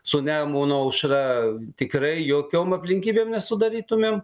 su nemuno aušra tikrai jokiom aplinkybėm nesudarytumėm